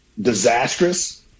disastrous